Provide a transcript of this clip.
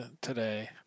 today